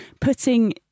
putting